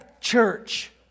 church